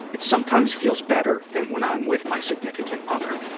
it sometimes feels better than when i'm with my significant other.